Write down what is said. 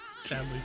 sadly